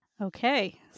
Okay